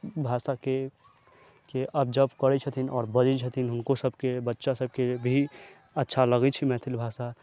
भाषा के के ऑब्जर्व करै छथिन आओर बजै छथिन हुनको सबके बच्चा सबके भी अच्छा लगै छै मैथिल भाषा